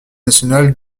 national